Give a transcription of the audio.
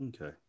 okay